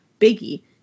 Biggie